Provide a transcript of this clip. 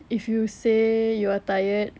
if you say you're tired